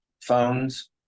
phones